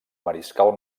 mariscal